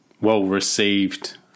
well-received